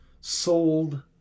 sold